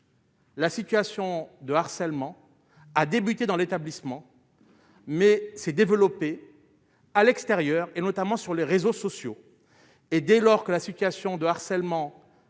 La situation de harcèlement a débuté dans l'établissement mais s'est développée à l'extérieur, et notamment sur les réseaux sociaux et dès lors que la situation de harcèlement a dégénéré